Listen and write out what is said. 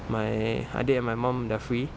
my adik and my mum they're free